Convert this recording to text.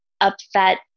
upset